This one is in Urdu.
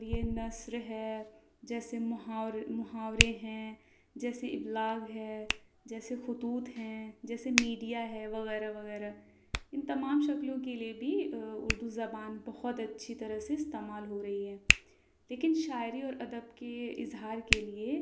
لیے نثر ہے جیسے محاور محاورے ہیں جیسے ابلاغ ہے جیسے خطوط ہیں جیسے میڈیا ہے وغیرہ وغیرہ ان تمام شکلوں کے لیے بھی اردو زبان بہت اچھی طرح سے استعمال ہو رہی ہے لیکن شاعری اور ادب کے اظہار کے لیے